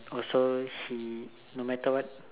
also she no matter what